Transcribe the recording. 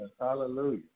Hallelujah